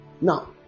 Now